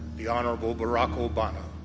the honorable barack obama,